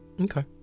Okay